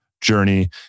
journey